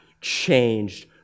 changed